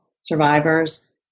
survivors